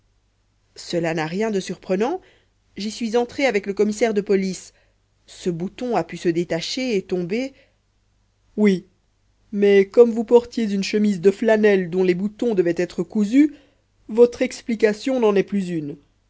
cela n'a rien de surprenant j'y suis entré avec le commissaire de police ce bouton a pu se détacher et tomber oui mais comme vous portiez une chemise de flanelle dont les boutons devaient être cousus votre explication n'en est plus une